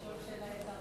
לשאול שאלה את שר